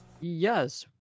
Yes